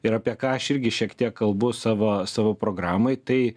ir apie ką aš irgi šiek tiek kalbu savo savo programai tai